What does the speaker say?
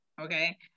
Okay